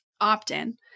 opt-in